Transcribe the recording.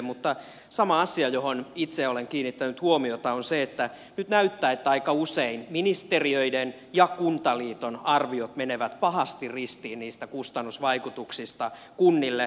mutta se asia johon itsekin olen kiinnittänyt huomiota on se että nyt näyttää siltä että aika usein ministeriöiden ja kuntaliiton arviot niistä kustannusvaikutuksista kunnille menevät pahasti ristiin